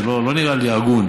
זה לא נראה לי הגון.